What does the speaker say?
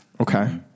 Okay